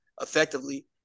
effectively